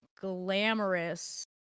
glamorous